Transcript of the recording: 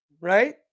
right